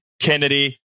Kennedy